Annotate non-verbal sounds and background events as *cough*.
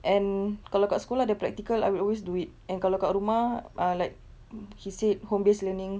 and kalau kat sekolah ada practical I will always do it and kalau dekat rumah ah like *noise* he said home based learning